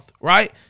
right